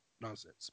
nonsense